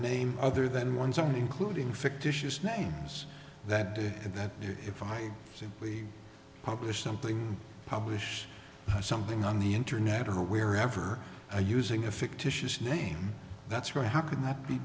name other than one's own including fictitious names that do and that if i simply publish something publish something on the internet or wherever i using a fictitious name that's right how could that be